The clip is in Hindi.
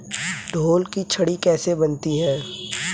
ढोल की छड़ी कैसे बनती है?